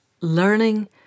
Learning